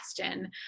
question